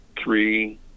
three